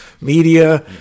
media